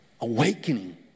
Awakening